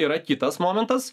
yra kitas momentas